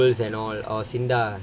schools and all oh SINDA